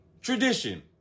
tradition